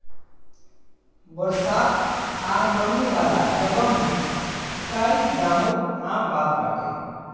बरसात आ नमी वाला जगह में काई जामल आम बात बाटे